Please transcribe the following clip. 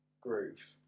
groove